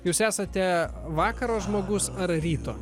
jūs esate vakaro žmogus ar ryto